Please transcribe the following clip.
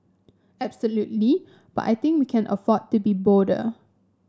absolutely but I think we can afford to be bolder